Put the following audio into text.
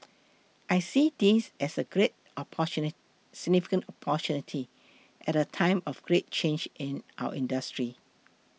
I see this as a significant opportunity at a time of great change in our industry